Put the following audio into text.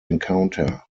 encounter